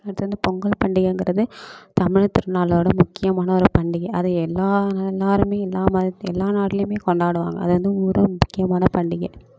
அடுத்து வந்து பொங்கல் பண்டிகைங்கிறது தமிழர் திருநாளோடய முக்கியமான ஒரு பண்டிகை அது எல்லா எல்லாரும் எல்லாம் மத எல்லாம் நாட்லேயுமே கொண்டாடுவாங்க அதை வந்து ஒரு முக்கியமான பண்டிகை